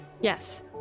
Yes